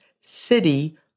city